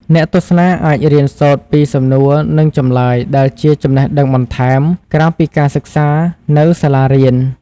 អ្នកទស្សនាអាចរៀនសូត្រពីសំណួរ និងចម្លើយដែលជាចំណេះដឹងបន្ថែម ក្រៅពីការសិក្សានៅសាលារៀន។។